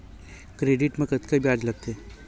Credit मा कतका ब्याज लगथे?